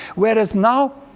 whereas now,